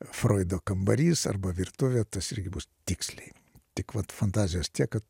froido kambarys arba virtuvė tas irgi bus tiksliai tik vat fantazijos tiek kad